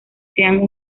sean